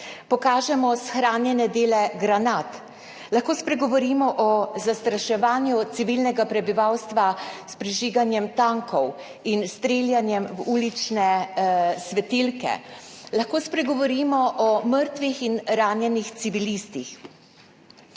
pokažemo shranjene dele granat, lahko spregovorimo o zastraševanju civilnega prebivalstva s prižiganjem tankov in streljanjem v ulične svetilke, lahko spregovorimo o mrtvih in ranjenih civilistih.